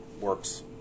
works